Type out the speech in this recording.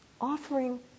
offering